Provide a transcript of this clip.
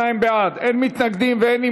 42 בעד, אין מתנגדים ואין נמנעים.